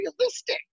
realistic